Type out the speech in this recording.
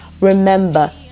remember